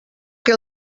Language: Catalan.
que